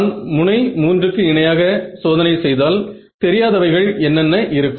நான் முனை 3 க்கு இணையாக சோதனை செய்தால் தெரியாதவைகள் என்னென்ன இருக்கும்